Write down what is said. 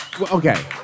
Okay